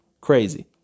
crazy